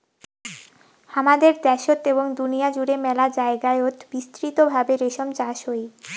হামাদের দ্যাশোত এবং দুনিয়া জুড়ে মেলা জায়গায়ত বিস্তৃত ভাবে রেশম চাষ হই